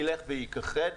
ילך וייכחד.